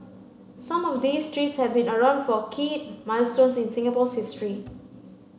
some of these trees have been around for key milestones in Singapore's history